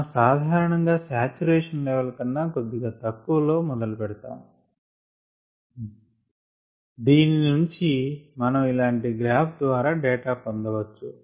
మనం సాధారణం గా సాచురేషన్ లెవల్ కన్నా కొద్దిగా తక్కువ లో మొదలు పెడతాము దీని నుంచి మనం ఇలాంటి గ్రాఫ్ ద్వారా డేటా పొందవచ్చు